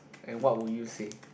and what will you say